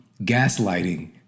gaslighting